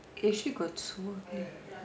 if you go to~